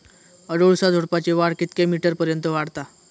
अडुळसा झुडूपाची वाढ कितक्या मीटर पर्यंत वाढता?